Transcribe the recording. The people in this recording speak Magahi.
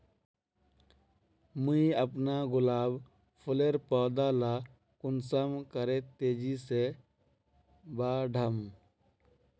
मुई अपना गुलाब फूलेर पौधा ला कुंसम करे तेजी से बढ़ाम?